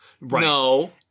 no